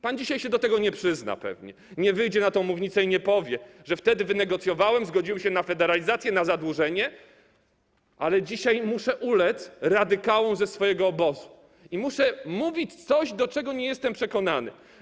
Pan dzisiaj się do tego pewnie nie przyzna, nie wyjdzie na tę mównicę i nie powie: wtedy wynegocjowałem, zgodziłem się na federalizację, na zadłużenie, ale dzisiaj muszę ulec radykałom ze swojego obozu i muszę mówić coś, do czego nie jestem przekonany.